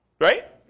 Right